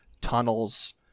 tunnels